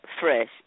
fresh